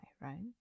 right